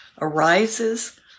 arises